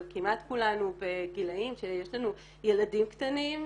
אבל כמעט כולנו, בגילאים שיש לנו ילדים קטנים,